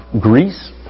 Greece